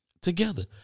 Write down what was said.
together